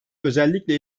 özellikle